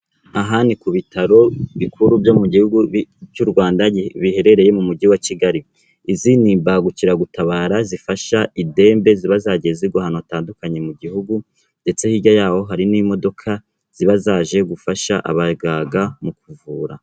Aha ni ku bitaro bikuru byo mu gihugu cy'u Rwanda biherereye mu mujyi wa Kigali, iz ni imbangukiragutabara zifasha idembe ziba zagiye zigwa ahantu hatandukanye mu gihugu ndetse hirya yaho hari n'imodoka ziba zaje gufasha abaganga mu kuvura.